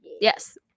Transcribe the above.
Yes